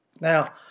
Now